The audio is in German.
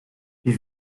wie